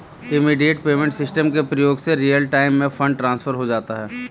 immediate payment system के प्रयोग से रियल टाइम में फंड ट्रांसफर हो जाता है